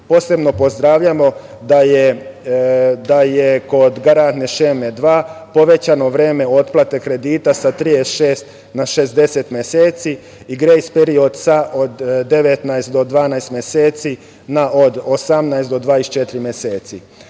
rizik. Posebno pozdravljamo da je kod garantne šeme dva povećano vreme otplate kredita sa 36 na 60 meseci i grejs period od 19 do 12 meseci na od 18 do 24